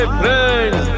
friends